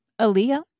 Aaliyah